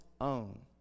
own